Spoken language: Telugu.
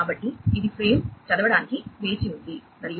కాబట్టి ఇది ఫ్రేమ్ చదవడానికి వేచి ఉంది మరియు